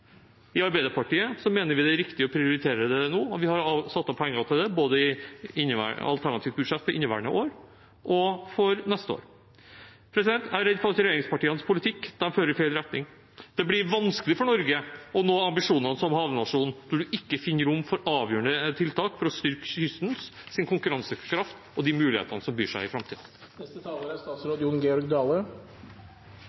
I Arbeiderpartiet mener vi det er riktig å prioritere det nå, og vi har satt av penger til det i vårt alternative budsjett, både for inneværende år og for neste år. Jeg er redd for at regjeringspartienes politikk fører i feil retning. Det blir vanskelig for Norge å nå ambisjonene som havnasjon når man ikke finner rom for avgjørende tiltak for å styrke kystens konkurransekraft og de mulighetene som byr seg i framtiden. Gjennom heile denne debatten har opposisjonen snakka om at regjeringa ikkje satsar på den digitale infrastrukturen. Det er